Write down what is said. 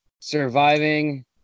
surviving